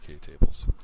tables